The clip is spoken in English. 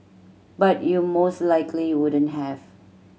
but you most likely wouldn't have